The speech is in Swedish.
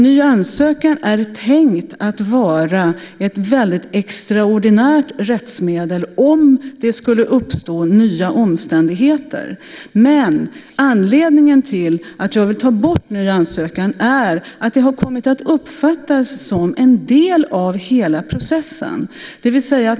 Ny ansökan är tänkt att vara ett väldigt extraordinärt rättsmedel om det skulle uppstå nya omständigheter. Anledningen till att jag vill ta bort möjligheten till ny ansökan är att det har kommit att uppfattas som en del av hela processen.